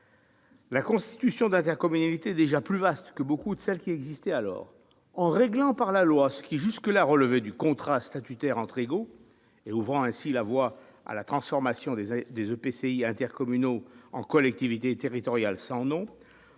la constitution d'intercommunalités déjà plus vastes que beaucoup de celles qui existaient alors, en réglant par la loi ce qui, jusque-là, relevait du contrat statutaire entre égaux, ouvrant ainsi la voie à la transformation des EPCI intercommunaux en collectivités territoriales sans nom,